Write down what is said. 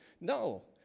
No